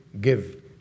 give